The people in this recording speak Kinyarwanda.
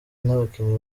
n’abakinnyi